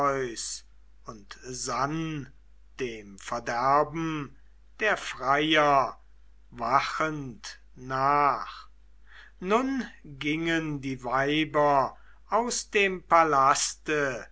und sann dem verderben der freier wachend nach nun gingen die weiber aus dem palaste